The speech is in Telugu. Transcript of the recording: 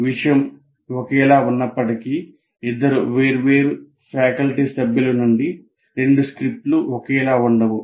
విషయం ఒకేలా ఉన్నప్పటికీ ఇద్దరు వేర్వేరు ఫ్యాకల్టీ సభ్యుల నుండి రెండు స్క్రిప్ట్లు ఒకేలా ఉండవు